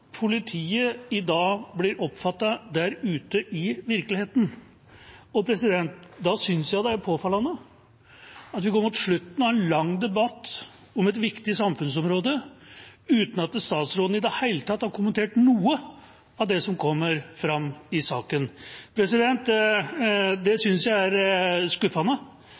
politiet i dag blir oppfattet der ute i virkeligheten. Da synes jeg det er påfallende at vi går mot slutten av en lang debatt om et viktig samfunnsområde uten at statsråden i det hele tatt har kommentert noe av det som kommer fram i saken. Det synes jeg er skuffende,